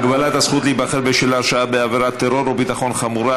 (הגבלת הזכות להיבחר בשל הרשעה בעבירת טרור או ביטחון חמורה),